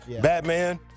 Batman